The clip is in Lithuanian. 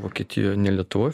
vokietijoj ne lietuvoj